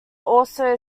also